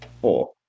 Four